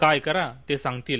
काय करा ते सांगतिल